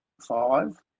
five